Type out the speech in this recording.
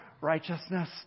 righteousness